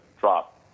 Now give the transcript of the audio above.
drop